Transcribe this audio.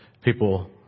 people